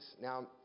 now